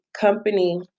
company